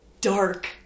dark